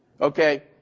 Okay